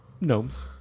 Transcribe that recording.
Gnomes